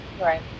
Right